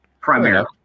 Primarily